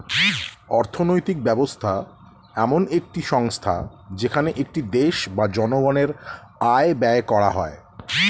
অর্থনৈতিক ব্যবস্থা এমন একটি সংস্থা যেখানে একটি দেশ বা জনগণের আয় ব্যয় করা হয়